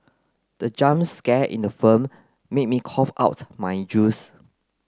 the jump scare in the film made me cough out my juice